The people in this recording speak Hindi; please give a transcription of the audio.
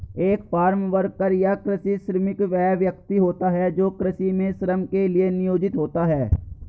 एक फार्म वर्कर या कृषि श्रमिक वह व्यक्ति होता है जो कृषि में श्रम के लिए नियोजित होता है